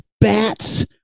bats